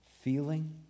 feeling